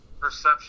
perception